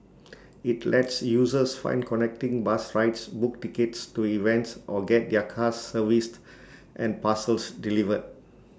IT lets users find connecting bus rides book tickets to events or get their cars serviced and parcels delivered